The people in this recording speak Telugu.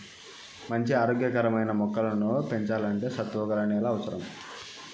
మంచి ఆరోగ్య కరమైన మొక్కలను పెంచల్లంటే సత్తువ గల నేల అవసరం